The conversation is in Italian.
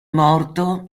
morto